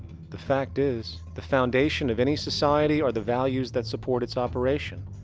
the fact is, the foundation of any society are the values that support its operation.